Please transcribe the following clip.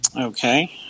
Okay